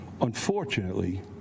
unfortunately